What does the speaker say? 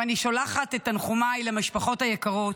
ואני שולחת את תנחומיי למשפחות היקרות.